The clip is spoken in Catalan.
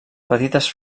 petites